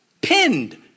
pinned